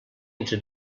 entre